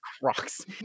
crocs